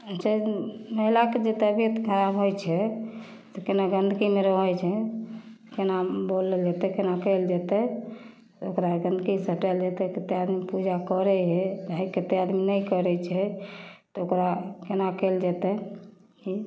जे महिलाके जे तबिअत खराब होइ छै तऽ कोना गन्दगीमे रहै छै कोना बोलल जेतै कोना कएल जेतै ओकरा गन्दगीसँ हटाएल जेतै कतेक आदमी पूजा करै हइ कतेक आदमी पूजा नहि करै हइ तऽ ओकरा कोना कएल जेतै